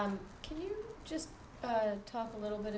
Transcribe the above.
and can you just talk a little bit